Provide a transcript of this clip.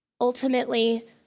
Ultimately